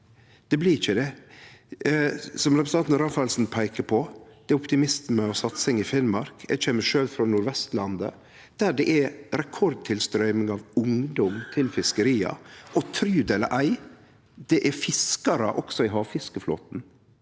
det blir ikkje det. Som representanten Rafaelsen peikar på, er det optimisme og satsing i Finnmark. Eg kjem sjølv frå Nord-Vestlandet, der det er rekordtilstrøyming av ungdom til fiskeria, og tru det eller ei: Det er fiskarar også i havfiskeflåten.